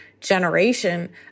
generation